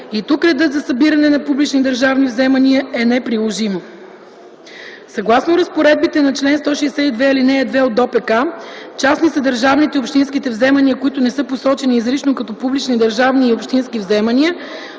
и тук редът за събиране на публични държавни вземания е неприложим. Съгласно разпоредбите на чл. 162, ал. 2 от ДОПК частни са държавните и общинските вземания, които не са посочени изрично като публични държавни и общински вземания.